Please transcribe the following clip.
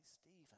Stephen